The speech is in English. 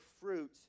fruit